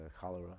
cholera